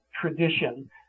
tradition